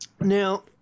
Now